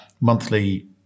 monthly